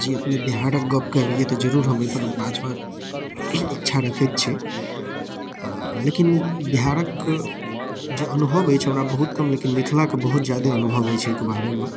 जी अपने बिहारक गप कहलियै तऽ जरूर हम एहि पर पाँच वाक्य इच्छा रखैत छी लेकिन बिहारके जे अनुभव अछि हमरा बहुत कम लेकिन मिथिलाके बहुत जादे अनुभव अछि एहिके बारेमे